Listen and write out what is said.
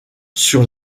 sur